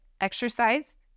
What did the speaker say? exercise